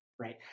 right